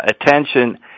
attention